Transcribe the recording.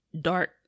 dark